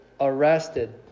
arrested